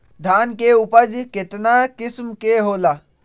धान के उपज केतना किस्म के होला?